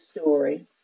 story